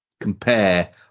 compare